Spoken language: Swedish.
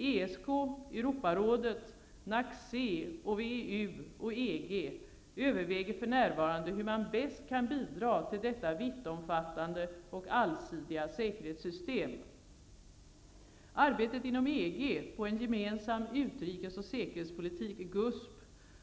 ESK, Europarådet, NACC, VEU och EG överväger för närvarande hur man bäst kan bidra till detta vittomfattande och allsidiga säkerhetssystem. Arbetet inom EG på en gemensam utrikes och säkerhetspolitik